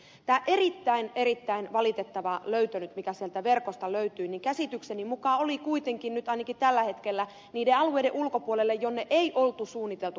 tämä erittäin erittäin valitettava löytö nyt mikä sieltä verkosta löytyi käsitykseni mukaan oli kuitenkin nyt ainakin tällä hetkellä niiden alueiden ulkopuolella siellä minne ei ollut suunniteltu rajoituksia